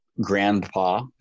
grandpa